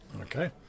Okay